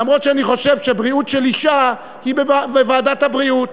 אף שאני חושב שבריאות של אישה היא בוועדת הבריאות,